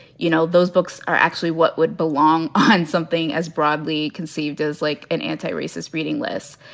you know, those books are actually what would belong on something as broadly conceived as like an anti-racist reading lists.